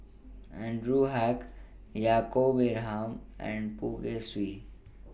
Anwarul Haque Yaacob Ibrahim and Poh Kay Swee